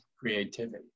creativity